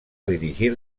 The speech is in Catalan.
dirigir